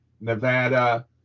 Nevada